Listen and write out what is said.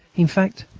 in fact,